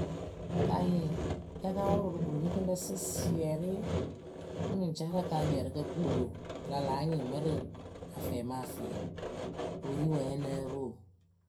nǝ nǝ́ǝ pɨ pɨ lɔ mɨ pa hɨŋ hɨŋ kanyɩŋ yaka wʊrʊ rɨ boronigɨŋɖǝ sɩsɩɛrɩ mɨ nuŋcaarǝ kanyɩŋ ǝrɨkǝ kpɨlo ya pɨ láa nyɩŋ mɨ rɨ afɛmafɛɛ wɨ ri wǝ nya nǝ́ǝ pɨ oo.